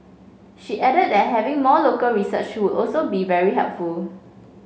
she added that having more local research would also be very helpful